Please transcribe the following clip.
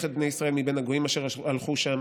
את בני ישראל מבין הגוים אשר הלכו שם